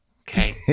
Okay